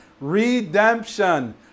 redemption